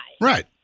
Right